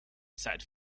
seit